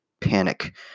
panic